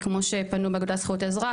כמו שפנו מהאגודה לזכויות האזרח.